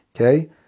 okay